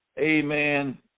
amen